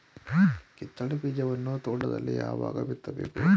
ಕಿತ್ತಳೆ ಬೀಜವನ್ನು ತೋಟದಲ್ಲಿ ಯಾವಾಗ ಬಿತ್ತಬೇಕು?